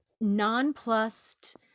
nonplussed